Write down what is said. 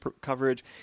coverage